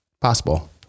possible